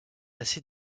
assez